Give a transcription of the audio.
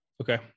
Okay